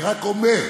אני רק אומר,